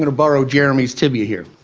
but borrow jeremy's tibia here.